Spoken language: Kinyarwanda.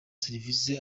serivisi